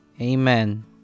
Amen